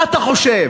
מה אתה חושב,